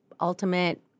ultimate